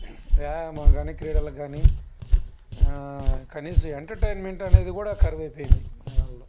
వ్యాయామం కానీ క్రీడలు కానీ కనీసం ఎంటర్టైన్మెంట్ అనేది కూడా కరువైపోయింది జనాల్లో